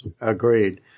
Agreed